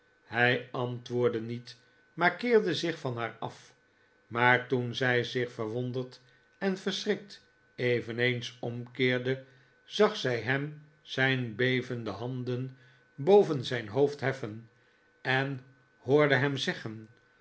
hij antwoordde niet maar keerde zich van haar af maar toen zij zich verwonderd en verschrikt eveneens omkeerde zag zij hem zijn bevende handen boven zijn hoofd heffen en hoorde hem zeggen